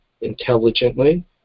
intelligently